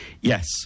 yes